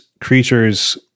creatures